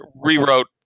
rewrote